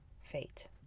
fate